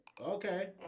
Okay